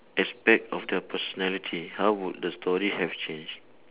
aspect of the personality how would the story have changed